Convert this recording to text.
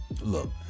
look